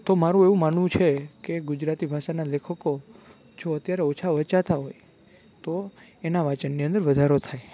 તો મારું એવું માનવું છે કે ગુજરાતી ભાષાના લેખકો જો અત્યારે ઓછા વચંતા હોય તો એના વાંચનની અંદર વધારો થાય